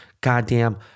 goddamn